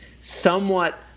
somewhat